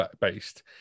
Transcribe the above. based